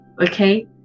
Okay